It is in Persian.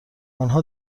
آنها